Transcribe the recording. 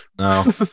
No